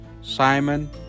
Simon